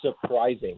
surprising